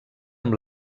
amb